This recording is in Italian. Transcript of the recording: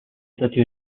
stati